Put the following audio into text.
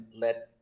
let